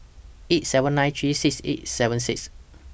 eight seven nine three six eight seven six